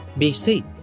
BC